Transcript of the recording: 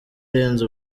irenze